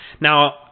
Now